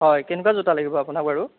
হয় কেনেকুৱা জোতা লাগিব আপোনাক বাৰু